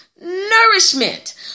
nourishment